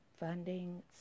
Funding